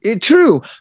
true